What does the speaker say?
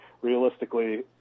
realistically